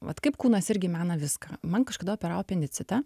vat kaip kūnas irgi mena viską man kažkada operavo apendicitą